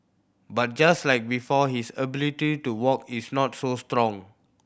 but just like before his ability to walk is not so strong